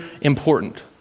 important